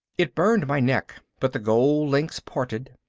it burned my neck but the gold links parted.